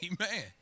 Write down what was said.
Amen